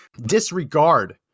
disregard